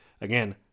again